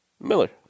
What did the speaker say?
Miller